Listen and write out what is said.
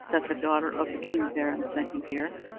that the daughter of the king of erin sent you here.